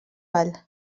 val